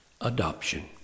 Adoption